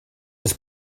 was